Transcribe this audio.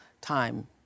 time